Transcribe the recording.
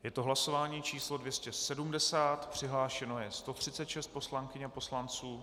Je to hlasování číslo 270, přihlášeno je 136 poslankyň a poslanců.